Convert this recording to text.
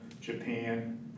Japan